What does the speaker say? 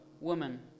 Woman